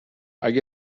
اگه